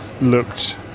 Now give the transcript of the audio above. looked